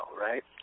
right